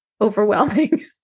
overwhelming